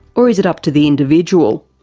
or is it up to the individual?